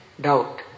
doubt